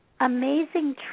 amazing